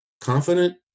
Confident